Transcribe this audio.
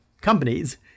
companies